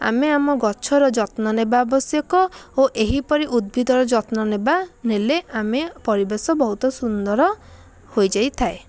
ଆମେ ଆମ ଗଛର ଯତ୍ନ ନେବା ଆବଶ୍ୟକ ଓ ଏହିପରି ଉଦ୍ଭିଦର ଯତ୍ନ ନେବା ନେଲେ ଆମେ ପରିବେଶ ବହୁତ ସୁନ୍ଦର ହୋଇଯାଇଥାଏ